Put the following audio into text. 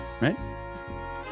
Right